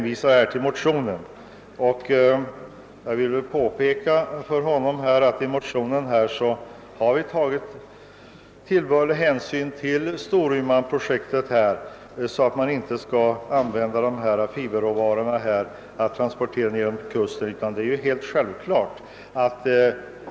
I motionen har vi tagit vederbörlig hänsyn till Storumanprojektet; fiberråvarorna skall alltså inte transporteras nedåt kusten.